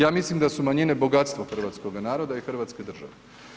Ja mislim da su manjine bogatstvo hrvatskoga naroda i hrvatske države.